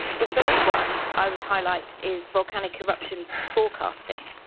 the first one i would highlight is volcanic eruption forecasting.